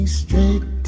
straight